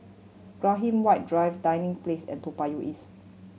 Graham White Drive Dinding Place and Toa Payoh East